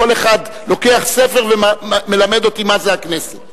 כל אחד לוקח ספר ומלמד אותי מה זה הכנסת.